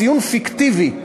ציון פיקטיבי.